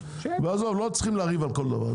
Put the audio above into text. לא צריך לריב על כל דבר.